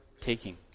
taking